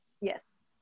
Yes